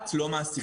את לא מעסיקה.